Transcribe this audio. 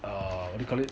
err what do you call it